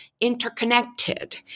interconnected